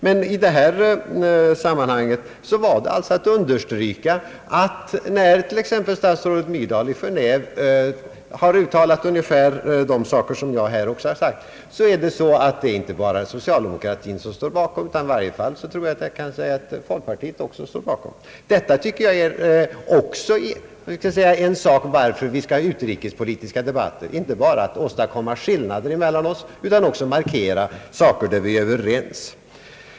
Men i detta sammanhang ville jag understryka, att när t.ex. statsrådet Myrdal i Geneve har uttalat ungefär de saker, som jag här har sagt, står inte bara socialdemokratin utan även folkpartiet bakom henne. I utrikespolitiska debatter skall vi inte bara söka åstadkomma skillnader i våra uppfattningar, utan också markera saker där vi är överens.